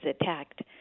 attacked